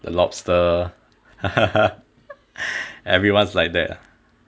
the lobster everyone's like that